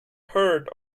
heard